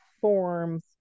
forms